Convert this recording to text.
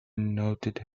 noted